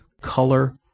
color